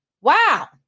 wow